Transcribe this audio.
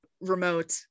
remote